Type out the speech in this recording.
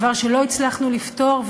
דבר שלא הצלחנו לפתור,